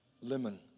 lemon